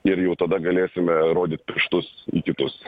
ir jau tada galėsime rodyt pirštus į kitus